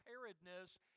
preparedness